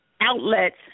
outlets